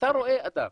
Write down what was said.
כשאתה רואה אדם